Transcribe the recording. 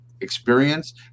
experience